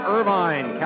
Irvine